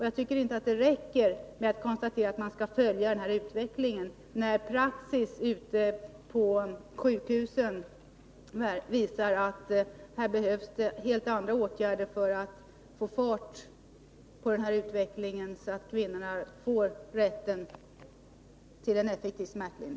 Jag tycker inte att det räcker med att konstatera att man skall följa utvecklingen, när praxis ute på sjukhusen visar att här behövs helt andra åtgärder för att få fart på denna utveckling, så att kvinnorna får rätt till en effektiv smärtlindring.